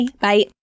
Bye